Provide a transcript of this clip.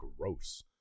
gross